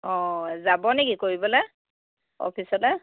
অঁ যাব নেকি কৰিবলৈ অফিচলৈ